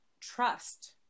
trust